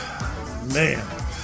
man